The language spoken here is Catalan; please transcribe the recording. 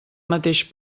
mateix